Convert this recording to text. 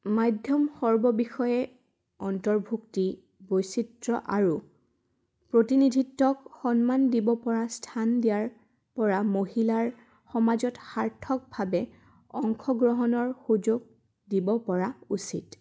মাধ্যম সৰ্ববিষয়ে অন্তৰ্ভুক্তি বৈচিত্ৰ আৰু প্ৰতিনিধিত্বক সন্মান দিবপৰা স্থান দিয়াৰপৰা মহিলাৰ সমাজত সাৰ্থকভাৱে অংশগ্ৰহণৰ সুযোগ দিবপৰা উচিত